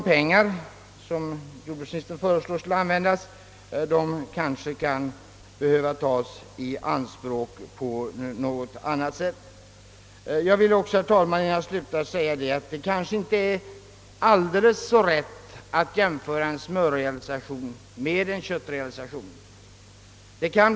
De medel som jordbruksministern föreslår skulle användas kanske kan behöva tas i anspråk på något annat sätt. Herr talman! Innan jag slutar vill iag framhålla, att det kanske inte är alldeles riktigt att jämföra en smörrealisation med en köttrealisation.